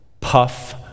Puff